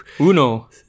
uno